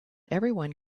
everyone